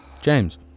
James